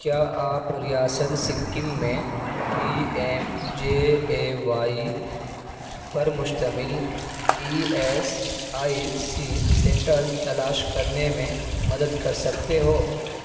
کیا آپ ریاست سکم میں P M J A Y پر مشتمل E S I C centres تلاش کرنے میں مدد کر سکتے ہو